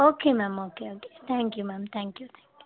okay ma'am okay okay thank you ma'am thank you thank you